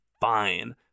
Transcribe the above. fine